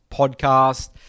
podcast